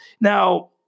Now